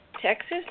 Texas